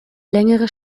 längere